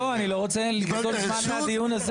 לא, אני לא רוצה לגזול זמן מהדיון הזה.